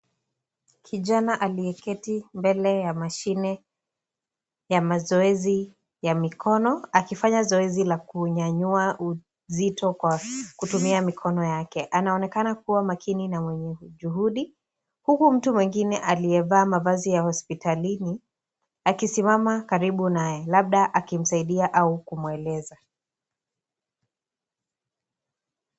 Kijana aliyeketi mbele ya mashine ya mazoezi ya mikono, akiifanya zoezi la kuunyanyua uzito kwa kutumia mikono yake. Anaonekana kuwa makini na mwenye juhudi, huku mtu mwingine aliyevaa mavazi ya hospitalini akisimama karibu naye labda akimsaidia au kumweleza.